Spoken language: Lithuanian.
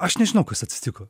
aš nežinau kas atsitiko